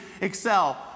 excel